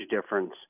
difference